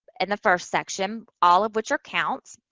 in the first section, all of which are counts.